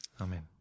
Amen